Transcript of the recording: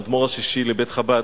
האדמו"ר השישי לבית חב"ד,